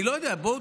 אני לא יודע, בואו